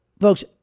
folks